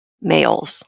males